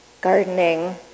Gardening